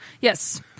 Yes